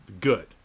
Good